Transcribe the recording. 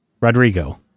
Rodrigo